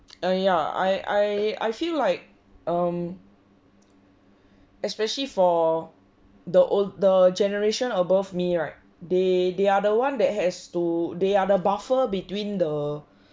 err ya I I I feel like um especially for the old the generation above me right they they are the one that has to they are the buffer between the